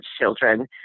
children